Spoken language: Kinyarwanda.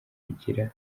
kugira